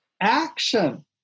Action